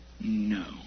No